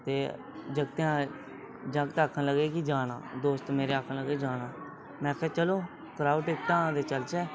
ते जागतें जागत आखन लगे कि जाना दोस्त मेरे आखन लगे जाना में आखेआ चलो कराओ टिक्टां ते चलचै